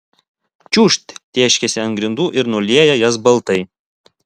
čiūžt tėškiasi ant grindų ir nulieja jas baltai